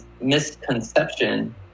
misconception